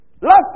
Last